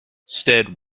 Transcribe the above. stead